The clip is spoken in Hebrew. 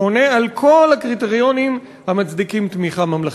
שעונה על כל הקריטריונים המצדיקים תמיכה ממלכתית.